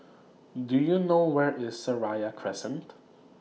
Do YOU know Where IS Seraya Crescent